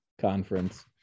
conference